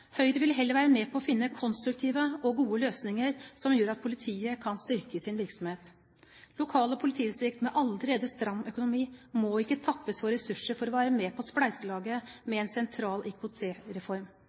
Høyre vil heller være med på å finne konstruktive og gode løsninger som gjør at politiet kan styrke sin virksomhet. Lokale politidistrikt med allerede stram økonomi må ikke tappes for ressurser for å være med på spleiselaget